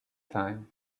time